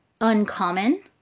uncommon